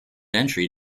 entry